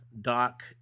Doc